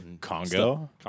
Congo